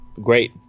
great